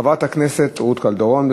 חברת הכנסת רות קלדרון.